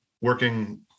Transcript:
working